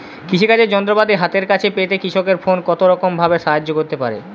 কৃষিকাজের যন্ত্রপাতি হাতের কাছে পেতে কৃষকের ফোন কত রকম ভাবে সাহায্য করতে পারে?